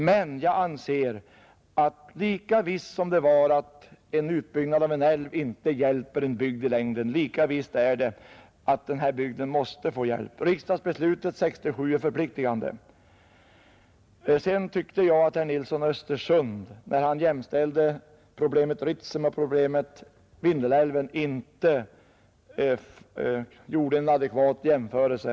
Men lika visst som det är att utbyggnaden av en älv inte hjälper en bygd i längden, lika visst är det att denna bygd måste få hjälp. Riksdagsbeslutet av 1967 är förpliktigande. När herr Nilsson i Östersund jämställde problemet Ritsem med problemet Vindelälven gjorde han inte en adekvat jämförelse.